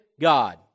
God